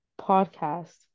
podcast